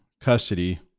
custody